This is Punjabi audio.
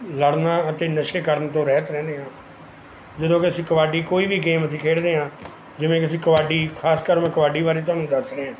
ਲੜਨਾ ਅਤੇ ਨਸ਼ੇ ਕਰਨ ਤੋਂ ਰਹਿਤ ਰਹਿੰਦੇ ਹਾਂ ਜਦੋਂ ਕਿ ਅਸੀਂ ਕਬੱਡੀ ਕੋਈ ਵੀ ਗੇਮ ਅਸੀਂ ਖੇਡਦੇ ਹਾਂ ਜਿਵੇਂ ਕਿ ਅਸੀਂ ਕਬੱਡੀ ਖ਼ਾਸਕਰ ਮੈਂ ਕਬੱਡੀ ਬਾਰੇ ਤੁਹਾਨੂੰ ਦੱਸ ਰਿਹਾਂ